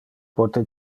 pote